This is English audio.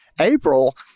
April